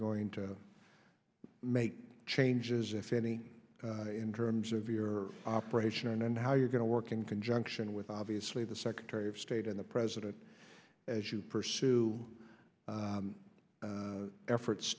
going to make changes if any in terms of your operation and how you're going to work in conjunction with obviously the secretary of state and the president as you pursue efforts